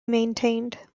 maintained